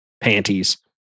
panties